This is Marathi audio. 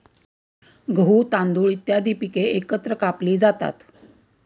गहू, तांदूळ इत्यादी पिके एकत्र कापली जातात